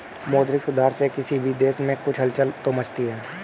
मौद्रिक सुधार से किसी भी देश में कुछ हलचल तो मचती है